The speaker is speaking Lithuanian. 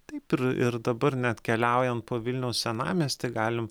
taip ir ir dabar net keliaujant po vilniaus senamiestį galim